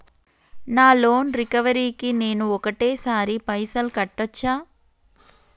నా loan recovery కి నేను ఒకటేసరి పైసల్ కట్టొచ్చా?